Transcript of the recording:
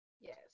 Yes